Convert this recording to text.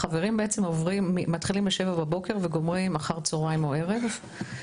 החברים בעצם מתחילים מ-07:00 בבוקר וגומרים אחר הצוהריים או ערב.